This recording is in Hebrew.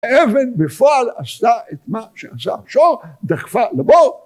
עבד בפועל עשה את מה שעשה השור דחפה לבור